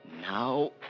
Now